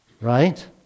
right